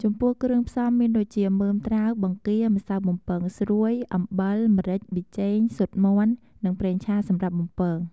ចំពោះគ្រឿងផ្សំមានដូចជា មើមត្រាវ បង្គា ម្សៅបំពងស្រួយ អំបិល ម្រេច ប៊ីចេង ស៊ុតមាន់ និងប្រេងឆាសម្រាប់បំពង។